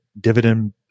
dividend